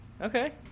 Okay